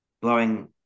blowing